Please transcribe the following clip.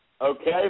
Okay